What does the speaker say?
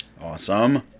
Awesome